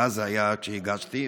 אז הגשתי,